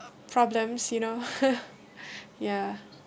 problems you know ya